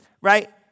Right